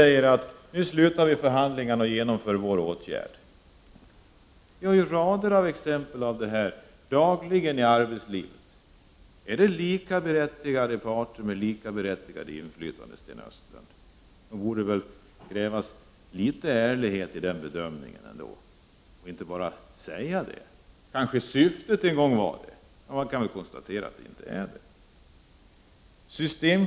Är det lika stort inflytande när han säger att förhandlingarna skall avslutas och våra åtgärder skall genomföras? Dagligen förekommer exempel på detta i arbetslivet. Har verkligen parterna lika stort inflytande, Sten Östlund? Det bör allt krävas litet större ärlighet i den bedömningen. Man får inte bara säga att det är så. Syftet var måhända en gång att det skulle vara så, men så är det inte i verkligheten.